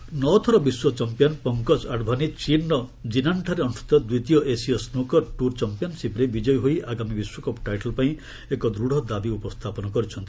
snooker ନଅ ଥର ବିଶ୍ୱ ଚାମ୍ପିୟନ୍ ପଙ୍କଜ ଆଡ଼ଭାନୀ ଚୀନ୍ର କିନାନ୍ଠାରେ ଅନୁଷ୍ଠିତ ଦ୍ୱିତୀୟ ଏସୀୟ ସ୍ନକର ଟୁର୍ ଚାମ୍ପିୟନ୍ସିପ୍ରେ ବିଜୟୀ ହୋଇ ଆଗାମୀ ବିଶ୍ୱକପ୍ ଟାଇଟଲ୍ପାଇଁ ଏକ ଦୂଢ଼ ଦାବି ଉପସ୍ଥାପନ କରିଛନ୍ତି